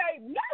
no